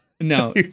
no